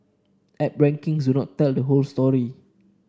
app rankings do not tell the whole story